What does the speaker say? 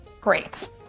Great